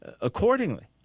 accordingly